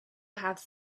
have